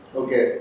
okay